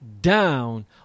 down